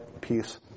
peace